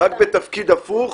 רק בתפקיד הפוך,